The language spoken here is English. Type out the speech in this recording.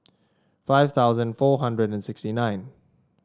five thousand four hundred and sixty nine